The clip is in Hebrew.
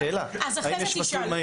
שאלה, שאלה, האם יש מסלול מהיר?